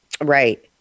Right